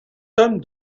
tome